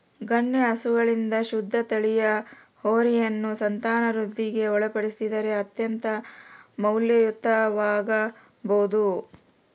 ಗಣ್ಯ ಹಸುಗಳಿಂದ ಶುದ್ಧ ತಳಿಯ ಹೋರಿಯನ್ನು ಸಂತಾನವೃದ್ಧಿಗೆ ಒಳಪಡಿಸಿದರೆ ಅತ್ಯಂತ ಮೌಲ್ಯಯುತವಾಗಬೊದು